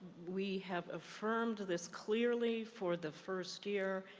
we have affirmed this clearly for the first year.